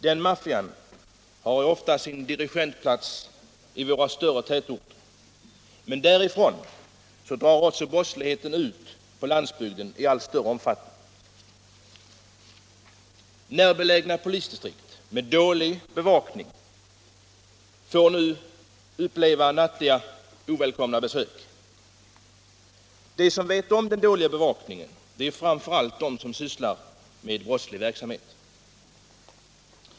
Den maffian har ofta sin dirigentplats i våra större tätorter, men därifrån drar brottsligheten också ut på landsbygden i allt större omfattning. Närbelägna polisdistrikt med dålig bevakning får nu uppleva nattliga ovälkomna besök. De som vet om den dåliga bevakningen är framför allt de som sysslar med brottslig verksamhet.